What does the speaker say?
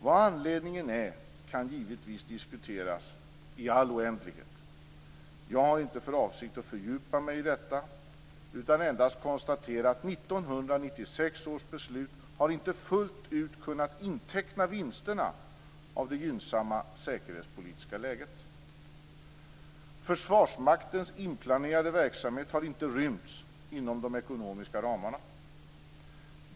Vad anledningen är kan givetvis diskuteras i all oändlighet. Jag har inte för avsikt att fördjupa mig i detta utan kan endast konstatera att 1996 års beslut inte fullt ut kunnat inteckna vinsterna av det gynnsamma säkerhetspolitiska läget. Försvarsmaktens inplanerade verksamhet har inte rymts inom de ekonomiska ramarna.